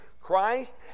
Christ